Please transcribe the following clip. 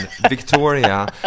Victoria